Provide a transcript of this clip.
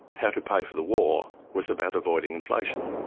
how to pay for the war was about avoiding inflation.